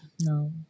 No